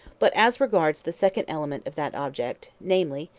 but as regards the second element of that object, namely,